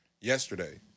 yesterday